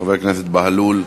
חבר הכנסת בהלול.